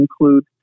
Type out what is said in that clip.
include